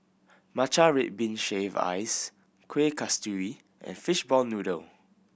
matcha red bean shaved ice Kuih Kasturi and fishball noodle